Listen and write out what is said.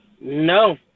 no